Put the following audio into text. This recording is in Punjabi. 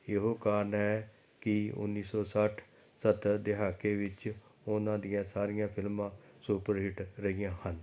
ਇਹੋ ਕਾਰਨ ਹੈ ਕਿ ਉੱਨੀ ਸੌ ਸੱਠ ਸੱਤਰ ਦਹਾਕੇ ਵਿੱਚ ਉਹਨਾਂ ਦੀਆਂ ਸਾਰੀਆਂ ਫਿਲਮਾਂ ਸੁਪਰਹਿੱਟ ਰਹੀਆਂ ਹਨ